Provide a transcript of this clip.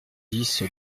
dix